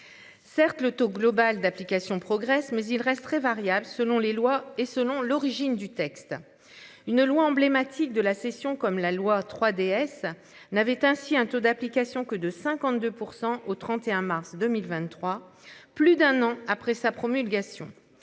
Certes le taux global d'application progresse mais il reste très variable selon les lois et selon l'origine du texte. Une loi emblématique de la session comme la loi 3DS n'avait ainsi un taux d'applications que de 52% au 31 mars 2023. Plus d'un an après sa promulgation.